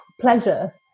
pleasure